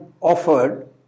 offered